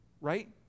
right